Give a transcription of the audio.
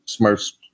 Smurfs